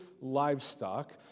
livestock